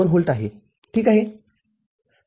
२ volt आहे ठीक आहे